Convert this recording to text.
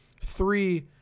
three